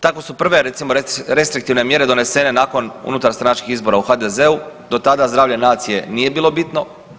Tako su prve recimo restriktivne mjere donesene nakon unutarstranačkih izbora u HDZ-u, do tada zdravlje nacije nije bilo bitno.